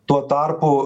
tuo tarpu